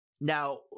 Now